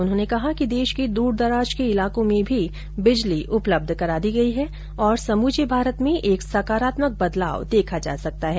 उन्होंने कहा कि देश के द्रदराज के इलाकों में भी बिजली उपलब्ध करा दी गई है और समूचे भारत में एक सकारात्मक बदलाव देखा जा सकता है